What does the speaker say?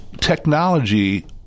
Technology